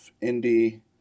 Indy